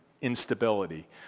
instability